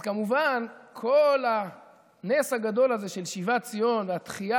אז כמובן כל הנס הגדול הזה של שיבת ציון והתחייה